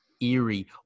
Eerie